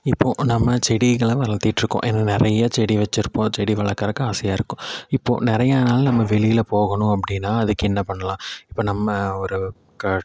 இப்போது நம்ம செடிகளை வளர்த்திட்டுருக்கோம் ஏன்னா நிறையா செடி வச்சுருப்போம் செடி வளர்க்கறக்கு ஆசையாக இருக்கும் இப்போது நிறையா நாள் நம்ம வெளியில் போகணும் அப்படின்னா அதுக்கு என்ன பண்ணலாம் இப்போ நம்ம ஒரு க